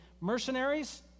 Mercenaries